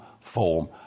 form